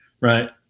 right